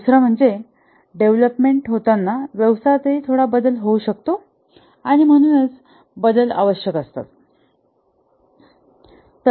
दुसरा म्हणजे डेव्हलपमेंट होताना व्यवसायातही थोडा बदल होऊ शकतो आणि म्हणूनच बदल आवश्यक असतात